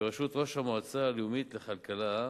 בראשות ראש המועצה הלאומית לכלכלה,